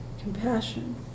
compassion